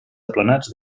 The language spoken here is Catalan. aplanats